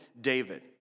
David